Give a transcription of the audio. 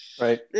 Right